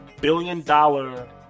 billion-dollar